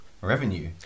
revenue